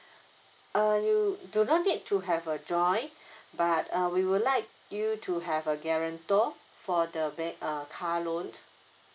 uh you do not need to have a joint but uh we would like you to have a guarantor for the ban~ uh car loan